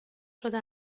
شده